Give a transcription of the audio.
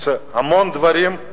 עושה המון דברים.